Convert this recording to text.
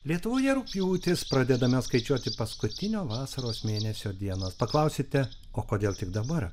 lietuvoje rugpjūtis pradedamas skaičiuoti paskutinio vasaros mėnesio dienas paklausite o kodėl tik dabar